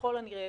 ככל הנראה,